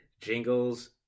Jingles